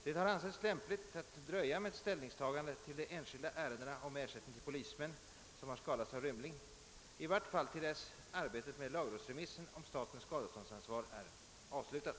Det har ansetts lämpligt att dröja med ett ställningstagande till de enskilda ärendena om ersättning till polismän som har skadats av rymling i vart fall till dess arbetet med lagrådsremissen om statens skadeståndsansvar är avslutat.